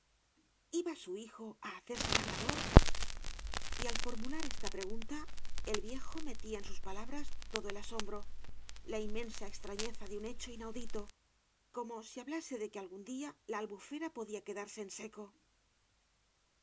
iba su hijo á hacerse labrador y al formular esta pregunta el viejo metía en sus palabras todo el asombro la inmensa extrafieza de un hecho inaudito como si hablase de que algún día la albufera podía quedarse en seco